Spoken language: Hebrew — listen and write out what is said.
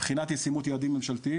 בחינת ישימות יעדים ממשלתיים,